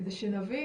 כדי שנבין.